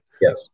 Yes